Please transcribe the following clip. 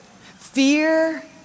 Fear